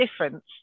difference